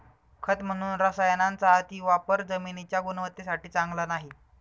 खत म्हणून रसायनांचा अतिवापर जमिनीच्या गुणवत्तेसाठी चांगला नाही